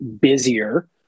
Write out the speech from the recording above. busier